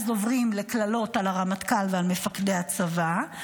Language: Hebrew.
אז עוברים לקללות על הרמטכ"ל ועל מפקדי הצבא,